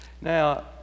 Now